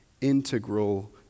integral